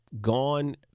gone